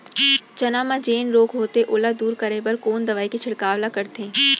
चना म जेन रोग होथे ओला दूर करे बर कोन दवई के छिड़काव ल करथे?